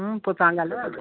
हूं पोइ तव्हां न ॻाल्हायाव